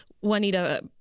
Juanita